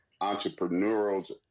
entrepreneurs